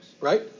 right